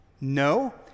No